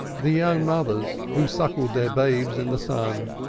the young mothers, who suckled their babes in the sun,